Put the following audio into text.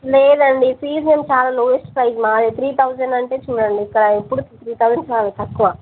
లేదండి ఫీజు చాలా lowest price మాది త్రీ థౌజండ్ అంటే చూడండి ఇంకా ఇప్పుడు త్రీ థౌజండ్ చాలా తక్కువ